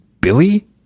Billy